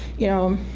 you know,